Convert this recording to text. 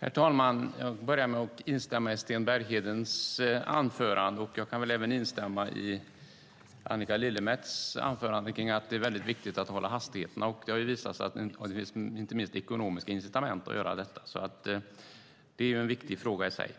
Herr talman! Jag börjar med att instämma i Sten Berghedens anförande. Jag kan väl även instämma i Annika Lillemets anförande kring att det är väldigt viktigt att hålla hastigheterna. Det finns inte minst ekonomiska incitament att göra detta. Det är en viktig fråga i sig.